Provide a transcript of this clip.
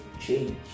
change